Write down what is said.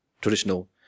traditional